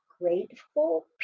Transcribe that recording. grateful